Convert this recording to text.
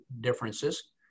differences